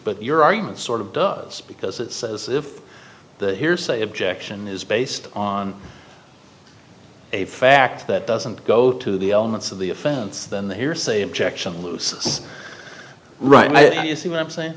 but your argument sort of does because it's as if the hearsay objection is based on a fact that doesn't go to the elements of the offense than the hearsay objection lucis right now you see what i'm saying